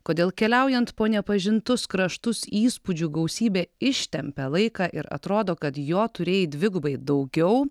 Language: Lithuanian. kodėl keliaujant po nepažintus kraštus įspūdžių gausybė ištempia laiką ir atrodo kad jo turėjai dvigubai daugiau